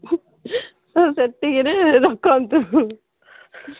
ହଁ ସେତିକିରେ ରଖନ୍ତୁ